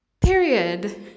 Period